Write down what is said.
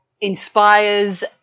inspires